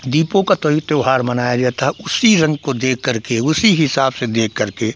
दीपों का तभी त्यौहार मनाया जाता है उसी रंग को देखकर के उसी हिसाब से देखकर के